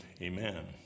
amen